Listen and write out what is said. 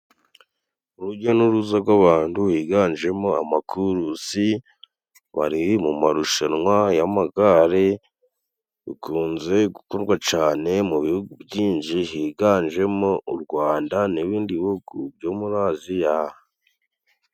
Urujya n'uruza rw'abantu higanjemo amakurusi bari mu marushanwa y'amagare bikunze gukorwa cane mu bihugu byinji higanjemo u Rwanda n'ibindi bihugu byo muri Aziya.